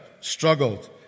struggled